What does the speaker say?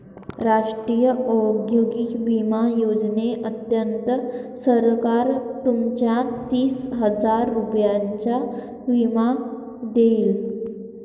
राष्ट्रीय आरोग्य विमा योजनेअंतर्गत सरकार तुम्हाला तीस हजार रुपयांचा विमा देईल